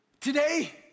Today